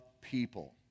people